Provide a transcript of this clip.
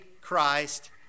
Christ